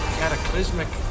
cataclysmic